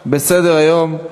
בסדר-היום: